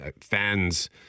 fans